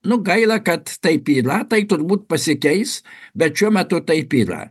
nu gaila kad taip yra tai turbūt pasikeis bet šiuo metu taip yra